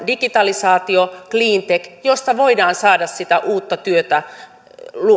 digitalisaatio cleantech joista voidaan saada sitä uutta työtä